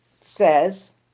says